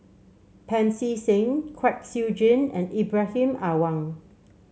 Pancy Seng Kwek Siew Jin and Ibrahim Awang